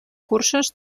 cursos